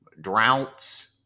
Droughts